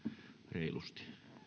reilusti